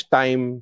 time